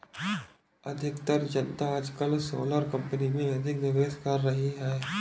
अधिकतर जनता आजकल सोलर कंपनी में अधिक निवेश कर रही है